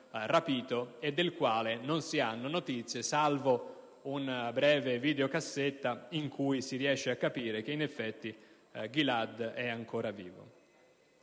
rapito un figlio di cui non si hanno notizie, salvo una breve videocassetta in cui si riesce a capire che in effetti Gilad è ancora vivo.